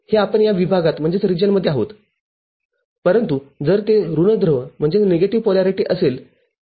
हे आपण या विभागात आहोत परंतु जर ते ऋण ध्रुव असेल तर